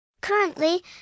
Currently